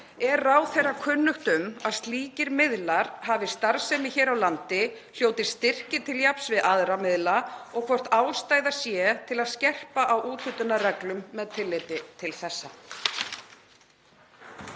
Er ráðherra kunnugt um að slíkir miðlar hafi starfsemi hér á landi, hljóti styrki til jafns við aðra miðla og hvort ástæða sé að skerpa á úthlutunarreglum með tilliti til þessa?